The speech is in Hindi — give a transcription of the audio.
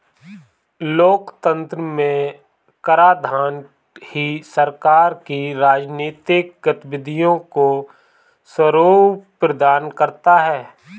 लोकतंत्र में कराधान ही सरकार की राजनीतिक गतिविधियों को स्वरूप प्रदान करता है